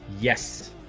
Yes